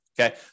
Okay